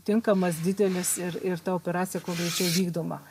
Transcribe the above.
tinkamas didelis ir ir ta operacija kuo greičiau vykdoma